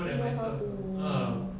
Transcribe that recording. he know how to